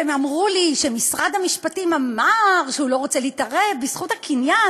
והם אמרו לי שמשרד המשפטים אמר שהוא לא רוצה להתערב בזכות הקניין.